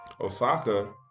Osaka